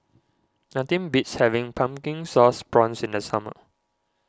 nothing beats having Pumpkin Sauce Prawns in the summer